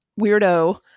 weirdo